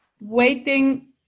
waiting